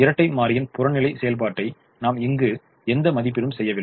இரட்டை மாறியின் புறநிலை செயல்பாட்டை நாம் இங்கு எந்த மதிப்பீடும் செய்யவில்லை